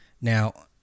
now